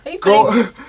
go